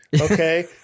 Okay